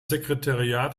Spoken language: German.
sekretariat